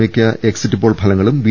മിക്ക exit poll ഫലങ്ങളും B